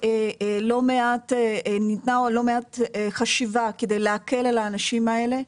ניתנה לא מעט חשיבה כדי להקל על האנשים האלה.